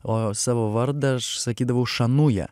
o savo vardą aš sakydavau šanuja